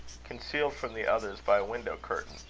concealed from the others by a window-curtain.